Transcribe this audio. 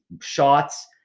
shots